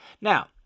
Now